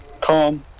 Calm